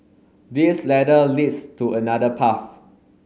this ladder leads to another path